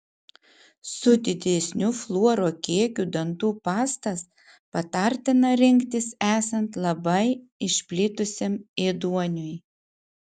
su didesniu fluoro kiekiu dantų pastas patartina rinktis esant labai išplitusiam ėduoniui